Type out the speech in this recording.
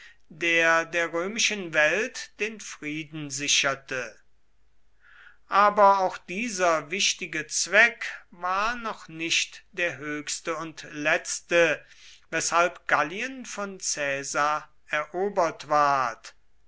der der römischen welt den frieden sicherte aber auch dieser wichtige zweck war noch nicht der höchste und letzte weshalb gallien von caesar erobert ward